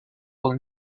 will